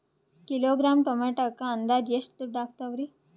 Kilogram ಟೊಮೆಟೊಕ್ಕ ಅಂದಾಜ್ ಎಷ್ಟ ದುಡ್ಡ ಅಗತವರಿ?